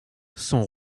son